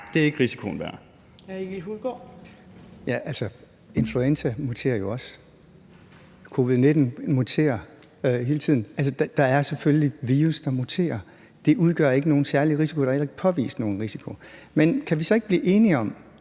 Altså, influenza virus muterer jo også. Coronavirussen muterer hele tiden. Der er selvfølgelig virus, der muterer. Det udgør ikke nogen særlig risiko. Der er heller ikke påvist nogen risiko. Men kan vi så ikke blive enige om,